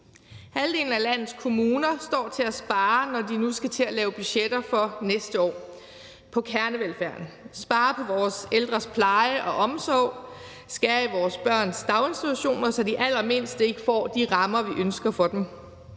Halvdelen af landets kommuner står til at spare, når de nu skal til at lave budgetter for næste år, og det er på kernevelfærden. De skal spare på vores ældres pleje og omsorg, skære ned på vores børns daginstitutioner, så de allermindste ikke får de rammer, vi ønsker for dem,